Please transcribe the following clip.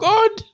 God